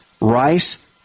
rice